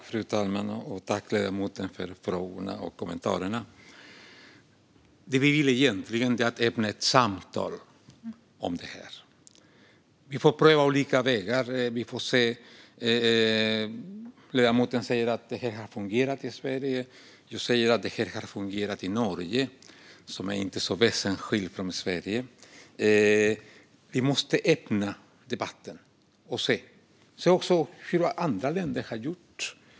Fru talman! Jag tackar ledamoten för frågorna och kommentarerna. Det vi vill är att öppna ett samtal om detta. Vi får pröva olika vägar. Ledamoten säger att detta har fungerat i Sverige; jag säger att detta har fungerat i Norge, som inte är så väsensskilt från Sverige. Vi måste öppna debatten och se. Vi måste också se hur andra länder har gjort.